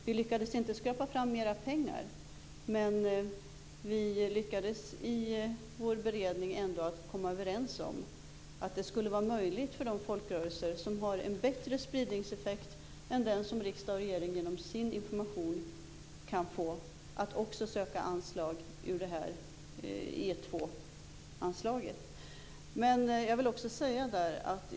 Vi lyckades inte skrapa fram mer pengar, men vi lyckades i vår beredning ändå att komma överens om att det skulle vara möjligt för de folkrörelser, som har en bättre spridningseffekt än den som riksdag och regering genom sin information kan få, att söka pengar ur E 2 anslaget.